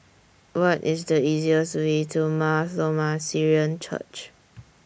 What IS The easiest Way to Mar Thoma Syrian Church